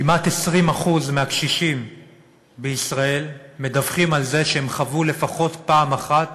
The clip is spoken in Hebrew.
כמעט 20% מהקשישים בישראל מדווחים שהם חוו לפחות פעם אחת